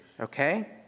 Okay